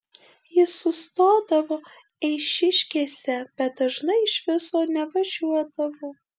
jis sustodavo eišiškėse bet dažnai iš viso nevažiuodavo